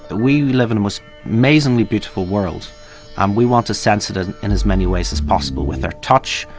we we live in and an amazingly beautiful world and we want to sense it ah in as many ways as possible with our touch,